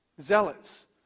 Zealots